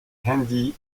handy